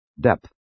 Depth